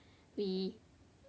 we